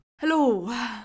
Hello